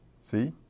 See